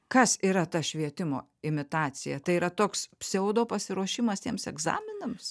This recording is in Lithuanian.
kas yra ta švietimo imitacija tai yra toks pseudo pasiruošimas tiems egzaminams